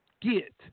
get